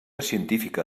científica